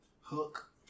hook